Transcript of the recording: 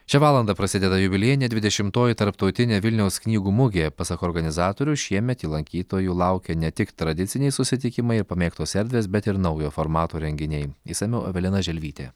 šią valandą prasideda jubiliejinė dvidešimtoji tarptautinė vilniaus knygų mugė pasak organizatorių šiemet į lankytojų laukia ne tik tradiciniai susitikimai ir pamėgtos erdvės bet ir naujo formato renginiai išsamiau evelina želvytė